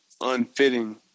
unfitting